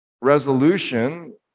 resolution